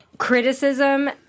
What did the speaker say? criticism